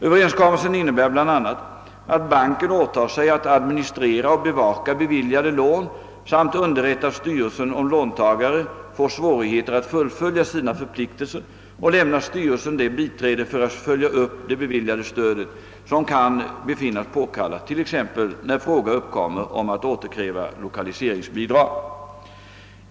Överenskommelsen innebär bl.a. att banken åtar sig att administrera och bevaka beviljade lån, att underrätta styrelsen om låntagare får svårigheter att fullfölja sina förpliktelser samt att lämna denna det biträde för att följa upp det beviljade stödet som kan befinnas påkallat, t.ex. när fråga uppkommer om att återkräva lokaliseringsbidrag.